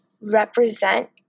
represent